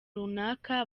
runaka